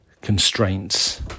constraints